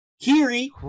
Kiri